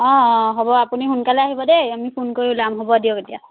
অঁ অ হ'ব আপুনি সোনকালে আহিব দেই আমি ফোন কৰি ওলাম হ'ব দিয়ক এতিয়া